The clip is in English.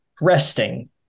resting